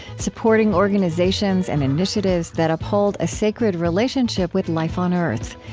supporting organizations and initiatives that uphold a sacred relationship with life on earth.